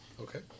okay